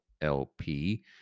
LP